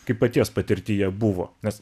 kai paties patirtyje buvo nes